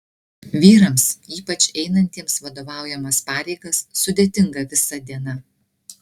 vyrams ypač einantiems vadovaujamas pareigas sudėtinga visa diena